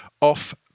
off